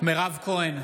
מירב כהן,